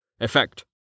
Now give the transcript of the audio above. Effect